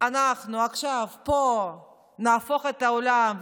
אנחנו עכשיו נהפוך פה את העולם,